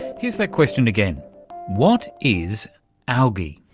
here's that question again what is algae?